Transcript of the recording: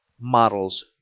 models